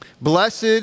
blessed